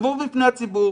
תתייצבו בפני הציבור,